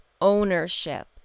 ownership